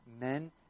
men